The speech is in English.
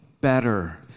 better